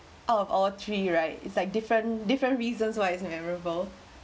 out of all three right it's like different different reasons why it's memorable